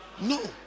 No